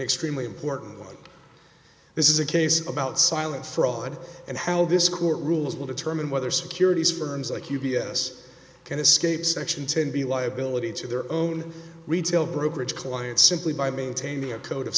extremely important one this is a case about silent fraud and how this court rules will determine whether securities firms like u b s can escape section ten b liability to their own retail brokerage clients simply by maintaining a code of